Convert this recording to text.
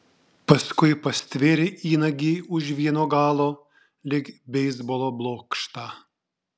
paskui pastvėrė įnagį už vieno galo lyg beisbolo blokštą